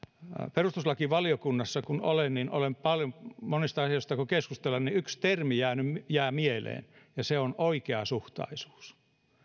perustuslakivaliokunnassa kun olen ja siellä monista asioista keskustellaan yksi termi jää mieleen ja se on oikeasuhtaisuus